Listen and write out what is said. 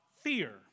fear